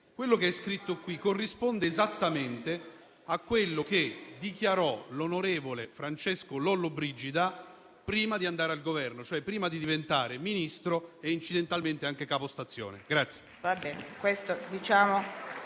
quello che è scritto qui corrisponde esattamente a quanto dichiarò l'onorevole Francesco Lollobrigida prima di andare al Governo, cioè prima di diventare Ministro e, incidentalmente, anche capostazione.